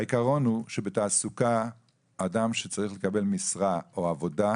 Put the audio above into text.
העיקרון הוא שבתעסוקה אדם שצריך לקבל משרה או עבודה,